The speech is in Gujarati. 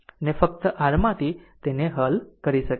ફક્ત r માંથી તેને હલ કરી શકે છે